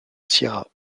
sierra